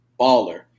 baller